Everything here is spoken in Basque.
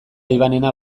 ivanena